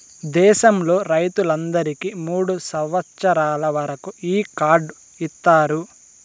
దేశంలో రైతులందరికీ మూడు సంవచ్చరాల వరకు ఈ కార్డు ఇత్తారు